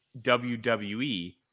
WWE